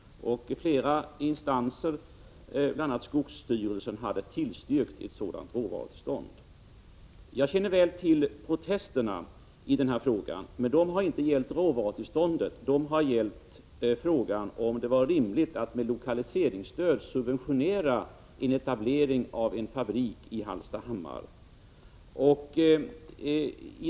Flera instanser, bl.a. skogsstyrelsen, hade tillstyrkt ett sådant råvarutillstånd. Jag känner väl till protesterna, men de har inte gällt råvarutillståndet, de har gällt frågan om det var rimligt att med lokaliseringsstöd subventionera en etablering av en fabrik i Hallstahammar.